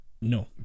no